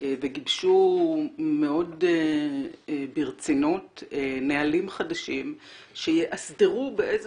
וגיבשו מאוד ברצינות נהלים חדשים שיאסדרו באיזה